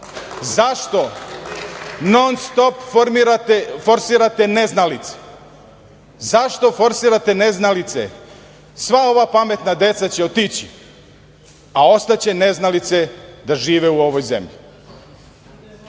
Zašto non-stop forsirate neznalice? Zašto forsirate neznalice? Sva ova pametna deca će otići, a ostaće neznalice da žive u ovoj zemlji. Po